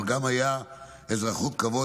אבל גם הייתה אזרחות כבוד.